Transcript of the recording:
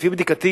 לפי בדיקתי